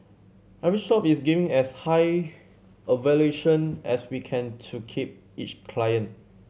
every shop is giving as high a valuation as we can to keep each client